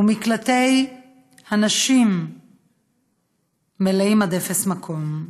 ומקלטי הנשים מלאים עד אפס מקום.